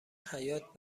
حیات